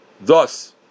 thus